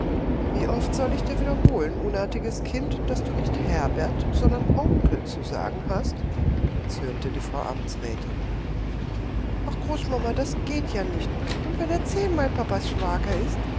wie oft soll ich dir wiederholen unartiges kind daß du nicht herbert sondern onkel zu sagen hast zürnte die frau amtsrätin ach großmama das geht ja nicht und wenn er zehnmal papas schwager ist